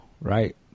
right